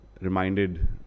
reminded